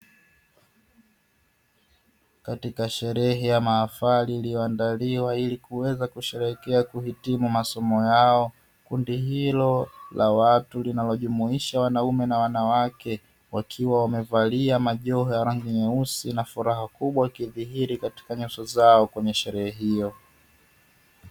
Katika sherehe ya mahafali iliyoandaliwa ili kuweza kusherehekea kuhitimu masomo yao; kundi hilo la watu linajumuisha wanaume na wanawake wakiwa wamevalia majoho ya rangi nyeusi na furaha kubwa ikidhihiri katika nyuso zao kwenye sherehe hiyo.